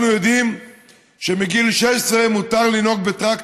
אנחנו יודעים שמגיל 16 מותר לנהוג בטרקטור,